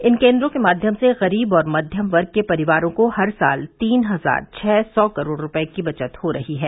इन केंद्रों के माध्यम से गरीब और मध्यम वर्ग के परिवारों को हर साल तीन हजार छः सौ करोड़ रूपये की बचत हो रही है